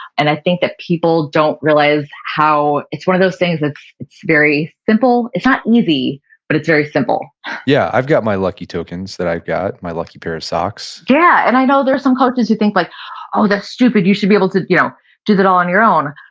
and i think that people don't realize how, it's one of those things that's very simple. it's not easy but it's very simple yeah, i've got my lucky tokens that i've got, my lucky pair of socks yeah, and i know there's some coaches who think like oh, that's stupid. you should be able to you know do that all on your own,